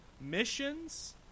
missions